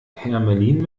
hermelin